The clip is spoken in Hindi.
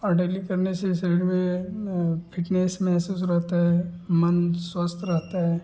और डेली करने से शरीर में फिटनेस महसूस रहता है मन स्वस्थ रहता है